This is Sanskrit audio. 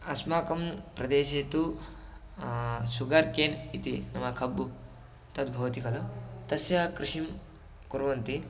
अस्माकं प्रदेशे तु सुगर् केन् इति नाम कब्बु तद् वति खलु तस्य कृषिं कुर्वन्ति